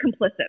complicit